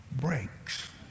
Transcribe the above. breaks